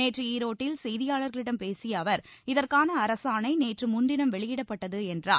நேற்று ஈரோட்டில் செய்தியாளர்களிடம் பேசிய அவர் இதற்கான அரசாணை நேற்று முன்தினம் வெளியிடப்பட்டுள்ளது என்றார்